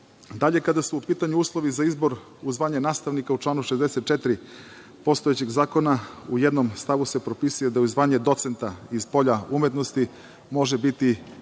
kada su u pitanju uslovi za izbor uz zvanje nastavnika u članu 64. postojećeg zakona u jednom stavu se propisuje da uz zvanje docenta iz polja umetnosti može biti